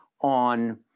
on